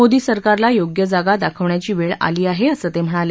मोदी सरकारला योग्य जागा दाखवण्याची वेळ आली आहे असं ते म्हणाले